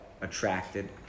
attracted